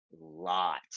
lot